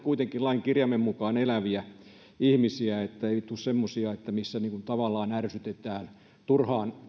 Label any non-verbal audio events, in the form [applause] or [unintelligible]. [unintelligible] kuitenkin lain kirjaimen mukaan eläviä ihmisiä että ei tule semmoisia missä tavallaan ärsytetään turhaan